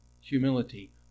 humility